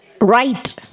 right